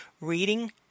reading